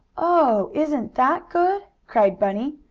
oh, isn't that good! cried bunny,